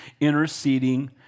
interceding